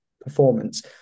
performance